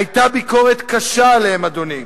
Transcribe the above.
היתה ביקורת קשה עליהם, אדוני,